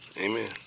Amen